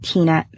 Tina